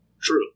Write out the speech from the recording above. True